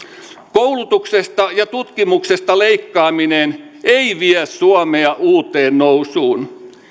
koulutuksesta ja tutkimuksesta leikkaaminen ei vie suomea uuteen nousuun